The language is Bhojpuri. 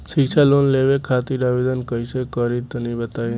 शिक्षा लोन लेवे खातिर आवेदन कइसे करि तनि बताई?